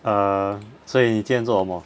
uh 所以你今天做什么